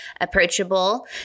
approachable